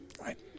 right